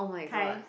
that kind